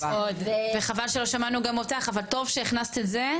זה חבל שלא שמענו גם אותך, אבל טוב שהכנסת את זה.